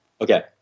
Okay